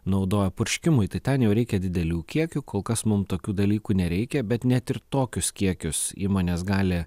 naudojo purškimui tai ten jau reikia didelių kiekių kol kas mum tokių dalykų nereikia bet net ir tokius kiekius įmonės gali